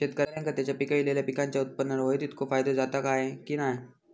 शेतकऱ्यांका त्यांचा पिकयलेल्या पीकांच्या उत्पन्नार होयो तितको फायदो जाता काय की नाय?